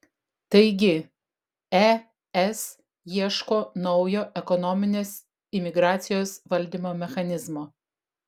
taigi es ieško naujo ekonominės imigracijos valdymo mechanizmo